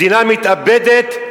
מדינה מתאבדת?